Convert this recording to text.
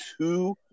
Two